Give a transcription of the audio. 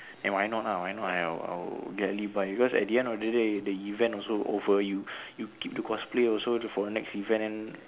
and why not why ah i i would get leave ah because at the end of the day the event also over you you keep the cosplay also for the next event